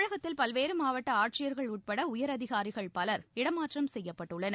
தமிாகத்தில் பல்வேறு மாவட்ட ஆட்சியர்கள் உட்பட உயர் அதிகாரிகள் பலர் இடம் மாற்றம் செய்யப்பட்டுள்ளனர்